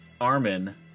Armin